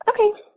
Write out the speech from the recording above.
Okay